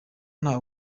nta